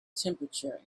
temperature